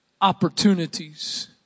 opportunities